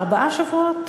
ארבעה שבועות?